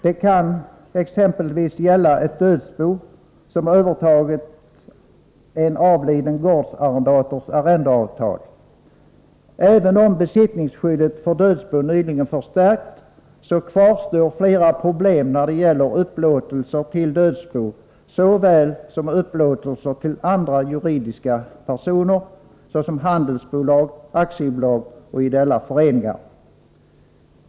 Det kan exempelvis gälla ett dödsbo som övertagit en avliden gårdsarrendators arrendeavtal. Även om besittningsskyddet för dödsbo nyligen förstärkts kvarstår flera problem när det gäller upplåtelser till dödsbo såväl som upplåtelser till andra juridiska personer såsom handelsbolag, aktiebolag och ideella föreningar.